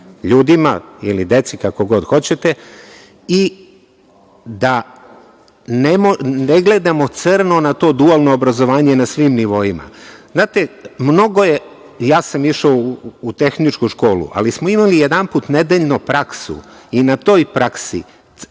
ljudima ili deci, kako god hoćete, i da ne gledamo crno na to dualno obrazovanje na svim nivoima. Ja sam išao u tehničku školu, ali smo imali jedanput nedeljno praksu i na toj praksi,